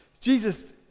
Jesus